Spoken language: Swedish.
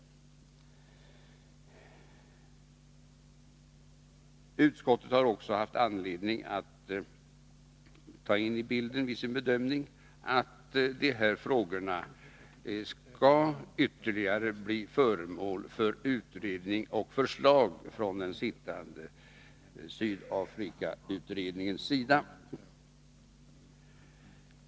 Utskottet har också haft anledning att vid sin bedömning ta in i bilden att dessa frågor skall bli föremål för ytterligare utredning och förslag från den sittande Sydafrikautredningens sida.